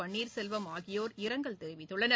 பள்ளீர்செல்வம் ஆகியோர் இரங்கல் தெரிவித்துள்ளனர்